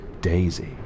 Daisy